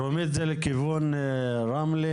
דרומית זה לכיוון רמלה?